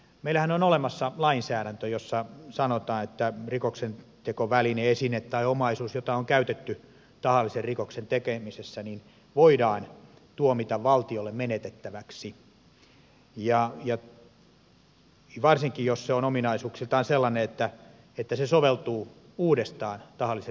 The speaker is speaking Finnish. meillähän on olemassa lainsäädäntö jossa sanotaan että rikoksentekoväline esine tai omaisuus jota on käytetty tahallisen rikoksen tekemisessä voidaan tuomita valtiolle menetettäväksi varsinkin jos se on ominaisuuksiltaan sellainen että se soveltuu uudestaan tahallisen rikoksen tekemiseen